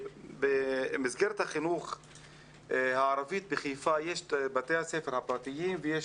במסגרת החינוך הערבי בחיפה יש בתי ספר פרטיים ויש